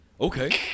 Okay